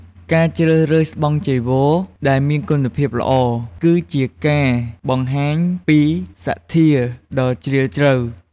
ការជ្រើសរើសស្បង់ចីវរដែលមានគុណភាពល្អ គឺជាការបង្ហាញពីសទ្ធាដ៏ជ្រាលជ្រៅ។